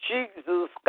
Jesus